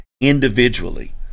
individually